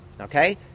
okay